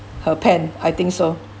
her pen I think so